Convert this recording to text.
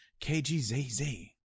KGZZ